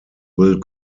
will